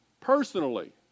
personally